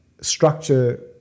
structure